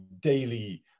daily